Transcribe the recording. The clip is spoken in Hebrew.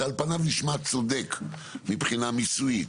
שעל פניו נשמע צודק מבחינת מיסוי,